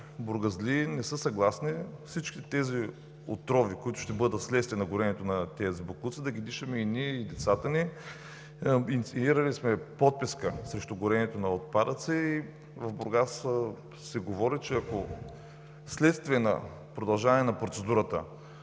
бургазлии не са съгласни всички тези отрови, които ще бъдат вследствие на горенето на тези боклуци, да ги дишаме и ние, и децата ни. Инициирали сме подписка срещу горенето на отпадъци и в Бургас се говори, че ако вследствие на продължаване на процедурата